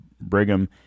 Brigham